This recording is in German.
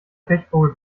pechvogel